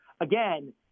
again